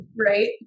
Right